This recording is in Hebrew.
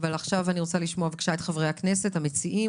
אבל עכשיו אני רוצה לשמוע בבקשה את חברי הכנסת המציעים,